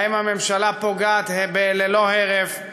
שבהם הממשלה פוגעת ללא הרף,